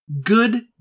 Good